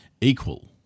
equal